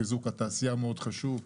חיזוק התעשייה מאוד חשוב,